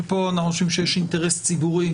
שפה אנחנו חושבים שיש אינטרס ציבורי